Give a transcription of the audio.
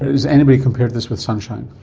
has anybody compared this with sunshine?